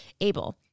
able